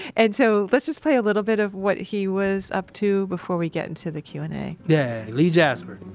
and so, let's just play a little bit of what he was up to before we get into the q and a yeah. lee jasper.